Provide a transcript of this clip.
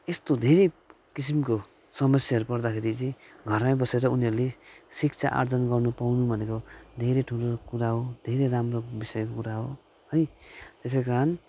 यस्तो धेरै किसिमको समस्याहरू पर्दाखेरि चाहिँ घरमै बसेर उनीहरूले शिक्षा आर्जन गर्नु पाउनु भनेको धेरै ठुलो कुरा हो धेरै राम्रो विषयको कुरा हो है त्यसै कारण